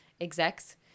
execs